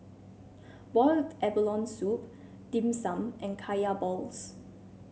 Boiled Abalone Soup Dim Sum and Kaya Balls